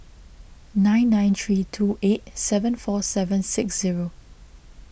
nine nine three two eight seven four seven six zero